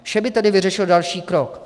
Vše by tedy vyřešil další krok.